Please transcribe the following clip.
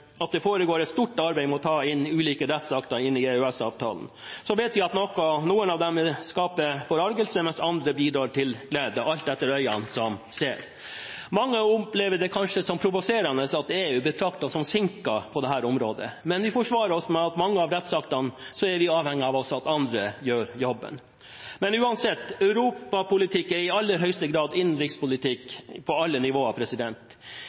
at det foregår et stort arbeid med å ta inn ulike rettsakter i EØS-avtalen. Vi vet at noen av dem skaper forargelse, mens andre bidrar til glede – alt ut ifra hvilke øyne som ser. Mange opplever det kanskje som provoserende at EU betrakter oss som sinker på dette området. Men vi forsvarer oss med at i mange av rettsaktene er vi avhengige av at også andre gjør jobben. Men uansett: Europapolitikk er i aller høyeste grad innenrikspolitikk på alle nivåer.